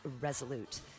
Resolute